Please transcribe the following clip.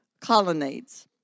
colonnades